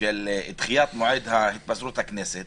של דחיית מועד התפזרות הכנסת